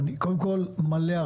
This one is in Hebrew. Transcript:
אני מלא הערכה.